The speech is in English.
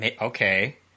Okay